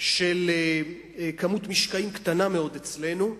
של כמות משקעים קטנה מאוד אצלנו.